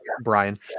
brian